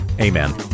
Amen